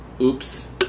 oops